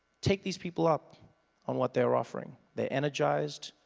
take these people up on what they're offering. they're energized,